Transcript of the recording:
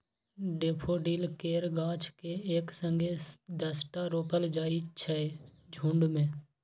daffodil केर गाछ केँ एक संगे दसटा रोपल जाइ छै झुण्ड मे